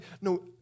no